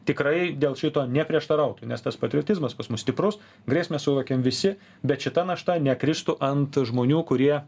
tikrai dėl šito neprieštarautų nes tas patriotizmas pas mus stiprus grėsmę suvokiam visi bet šita našta nekristų ant žmonių kurie